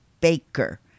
Baker